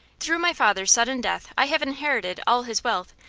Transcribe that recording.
through my father's sudden death i have inherited all his wealth,